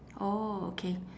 orh okay